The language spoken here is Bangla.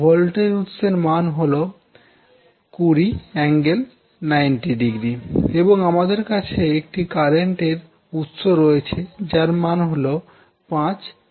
ভোল্টেজ উৎসের মান হল 20∠90° এবং আমাদের কাছে একটি কারেন্ট এর উৎস রয়েছে যার মান হল 5∠0°